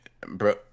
bro